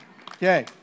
Okay